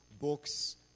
books